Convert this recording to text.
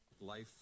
Life